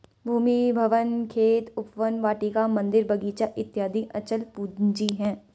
भूमि, भवन, खेत, उपवन, वाटिका, मन्दिर, बगीचा इत्यादि अचल पूंजी है